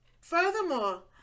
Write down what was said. Furthermore